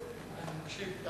אני מקשיב.